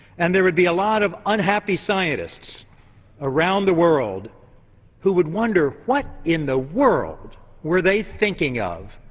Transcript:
and there would be a lot of unhappy scientists around the world who would wonder what in the world were they thinking of?